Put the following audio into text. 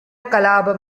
கலாப